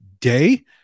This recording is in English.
day